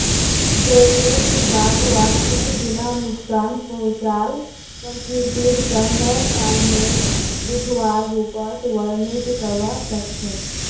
जैविक बागवानीक बिना नुकसान पहुंचाल प्रकृतिर संग तालमेल बिठव्वार रूपत वर्णित करवा स ख छ